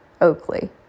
Oakley